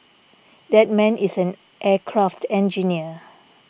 that man is an aircraft engineer